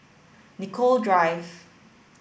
Nicoll Drive